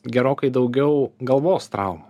gerokai daugiau galvos traumų